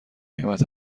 قیمت